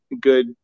good